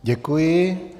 Děkuji.